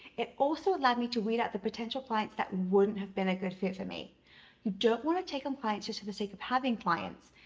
it also allowed me to weed out the potential clients that wouldn't have been a good fit for me. you don't wanna take on clients just for the sake of having clients,